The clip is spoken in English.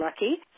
lucky